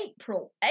April